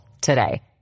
today